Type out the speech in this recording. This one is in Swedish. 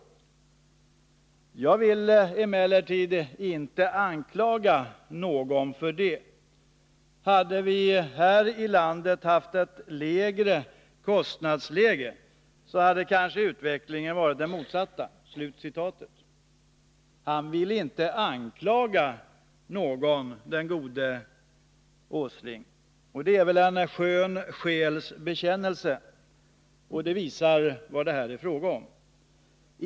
Jag vill emellertid inte anklaga någon för det. Hade vi här i landet haft ett lägre kostnadsläge hade kanske utvecklingen varit den motsatta. Han ville inte anklaga någon, den gode Åsling. Och det är väl en skön själs bekännelse. Och det visar vad det är fråga om.